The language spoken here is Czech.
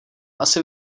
asi